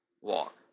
walk